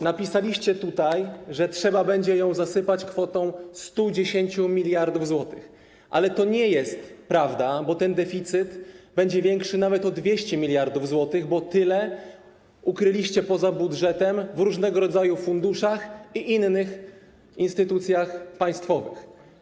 Napisaliście tutaj, że trzeba będzie ją zasypać kwotą 110 mld zł, ale to nie jest prawda, bo ten deficyt będzie większy nawet o 200 mld zł, bo tyle ukryliście poza budżetem w różnego rodzaju funduszach i innych instytucjach państwowych.